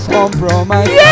compromise